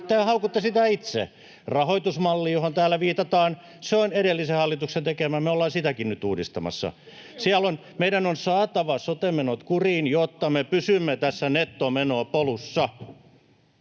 Tehän haukutte sitä itse. Rahoitusmalli, johon täällä viitataan, on edellisen hallituksen tekemä. Me ollaan sitäkin nyt uudistamassa. Meidän on saatava sote-menot kuriin, jotta me pysymme tässä nettomenopolussa.